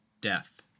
death